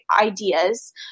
ideas